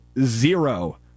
zero